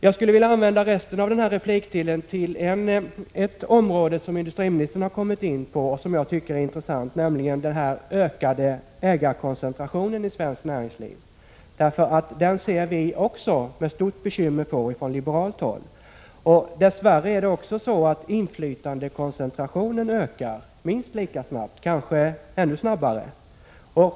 Jag skulle vilja använda resten av min repliktid till ett område som industriministern har kommit in på och som jag tycker är intressant, nämligen den ökade ägarkoncentrationen i svenskt näringsliv. Även vi från liberalt håll ser denna ägarkoncentration som ett stort bekymmer. Dess värre ökar även inflytandekoncentrationen minst lika snabbt, kanske ännu snabbare.